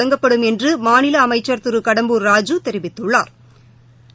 தொடங்கப்படும் மாநில அமைச்சா் திரு சடம்பூர் ராஜூ தெரிவித்துள்ளாா்